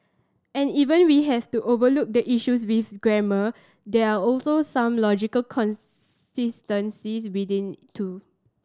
and even we have to overlook the issues with grammar there are also some logical consistencies within too